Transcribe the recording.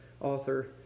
author